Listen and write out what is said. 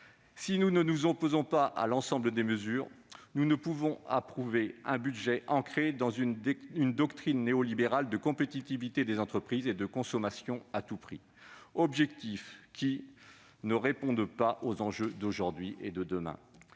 Si nous ne nous opposons pas à l'ensemble des mesures, nous ne pouvons pas approuver un budget conçu selon une doctrine néolibérale fondée sur la compétitivité des entreprises et la consommation à tout prix, objectifs qui ne répondent pas aux enjeux d'aujourd'hui et de demain.